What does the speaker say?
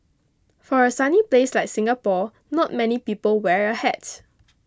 for a sunny place like Singapore not many people wear a hat